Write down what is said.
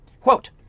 Quote